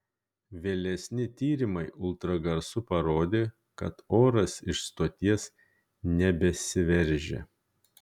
vėlesni tyrimai ultragarsu parodė kad oras iš stoties nebesiveržia